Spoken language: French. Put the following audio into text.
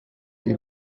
île